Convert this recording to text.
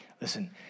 Listen